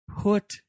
put